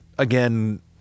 Again